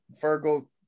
Fergal